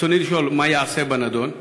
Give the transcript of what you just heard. רצוני לשאול: 1. מה ייעשה בנדון?